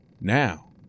now